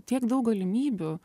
tiek daug galimybių